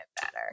better